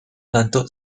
tanto